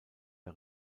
der